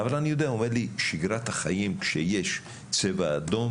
אבל אני יודע, הוא אומר לי: כשיש צבע אדום